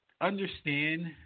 Understand